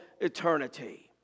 eternity